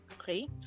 okay